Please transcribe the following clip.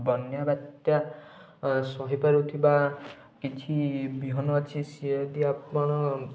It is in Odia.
ବନ୍ୟା ବାତ୍ୟା ସହିପାରୁଥିବା କିଛି ବିହନ ଅଛି ସିଏ ଯଦି ଆପଣ